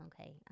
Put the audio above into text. Okay